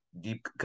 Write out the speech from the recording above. deep